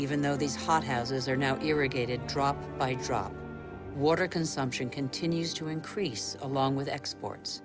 even though these hot houses are now irrigated drop by drop water consumption continues to increase along with exports